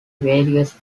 various